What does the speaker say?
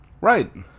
Right